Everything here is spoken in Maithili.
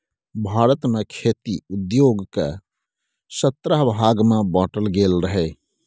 भारत मे खेती उद्योग केँ सतरह भाग मे बाँटल गेल रहय